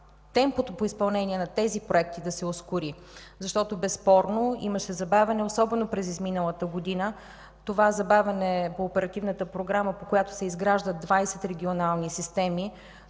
темпото по изпълнение на тези проекти да се ускори, защото безспорно имаше забавяне, особено през изминалата година. Това забавяне по Оперативната програма, по която се изграждат 20 регионални системи